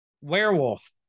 werewolf